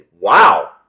Wow